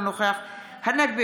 אינו נוכח מאי גולן,